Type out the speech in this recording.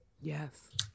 Yes